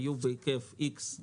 היו בהיקף X,